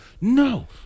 No